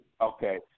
Okay